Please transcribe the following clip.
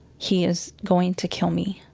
he is going to kill me.